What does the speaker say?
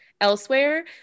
elsewhere